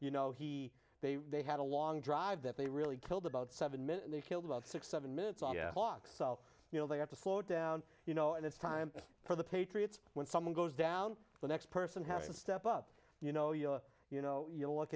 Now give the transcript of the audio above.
you know he they they had a long drive that they really killed about seven minutes they killed about six seven minutes on blocks so you know they have to slow down you know and it's time for the patriots when someone goes down the next person has to step up you know you you know you look